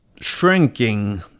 shrinking